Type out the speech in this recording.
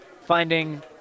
finding